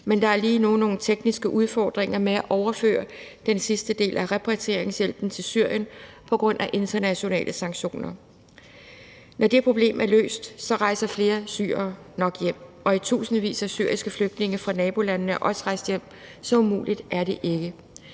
men der er lige nu nogle tekniske udfordringer med at overføre den sidste del af repatrieringshjælpen til Syrien på grund af internationale sanktioner. Når det problem er løst, rejser flere syrere nok hjem. Og i tusindvis af syriske flygtninge fra nabolandene er også rejst hjem, så umuligt er det ikke.